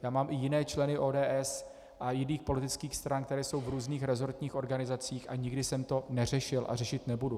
Já mám i jiné členy ODS a jiných politických stran, kteří jsou v různých resortních organizacích, a nikdy jsem to neřešil a řešit nebudu.